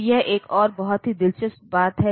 तो यह बहुत मुश्किल नहीं है